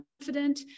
confident